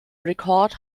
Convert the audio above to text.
record